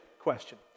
question